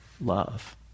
love